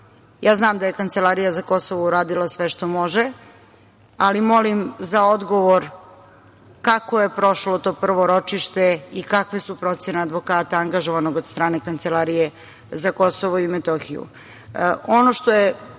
Znam da je Kancelarija za KiM uradila sve što može, ali molim za odgovor kako je prošlo to prvo ročište i kakve su procene advokata angažovanog od strane Kancelarije za KiM.Ono što je